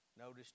Notice